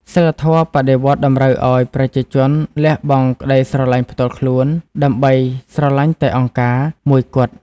សីលធម៌បដិវត្តន៍តម្រូវឱ្យប្រជាជនលះបង់ក្តីស្រឡាញ់ផ្ទាល់ខ្លួន ដើម្បីស្រឡាញ់តែ "អង្គការ" មួយគត់។